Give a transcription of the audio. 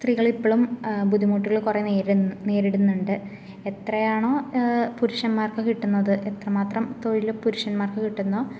സ്ത്രീകള് ഇപ്പളും ബുദ്ധിമുട്ടുകള് കുറെ നേരി നേരിടുന്നുണ്ട് എത്രയാണോ പുരുക്ഷന്മാർക്ക് കിട്ടുന്നത് എത്ര മാത്രം തൊഴില് പുരുക്ഷന്മാർക്ക് കിട്ടുന്നൊ